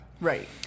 Right